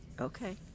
Okay